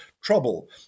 trouble